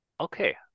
Okay